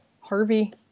Harvey